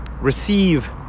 receive